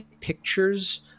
pictures